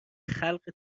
خلق